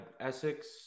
Essex